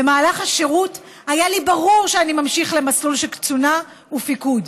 במהלך השירות היה לי ברור שאני ממשיך למסלול של קצונה ופיקוד,